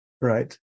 right